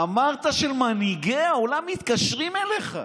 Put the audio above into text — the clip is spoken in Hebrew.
אמרת שמנהיגי העולם מתקשרים אליך,